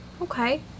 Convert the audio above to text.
Okay